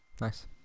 Nice